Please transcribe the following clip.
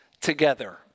together